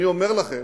אני אומר לכם,